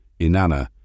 Inanna